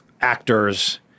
actors